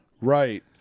Right